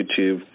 YouTube